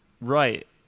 Right